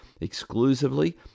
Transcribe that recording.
exclusively